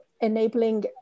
enabling